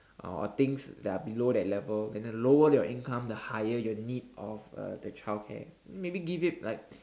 or things that are below that level and the lower your income the higher your need of uh the childcare maybe give it like